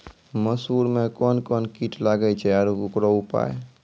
मसूर मे कोन कोन कीट लागेय छैय आरु उकरो उपाय?